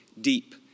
deep